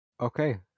Okay